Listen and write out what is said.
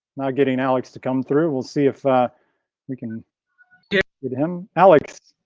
now getting alex to come through, we'll see if we can get get him. alex,